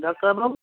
ডাক্তারবাবু